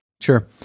Sure